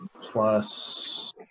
Plus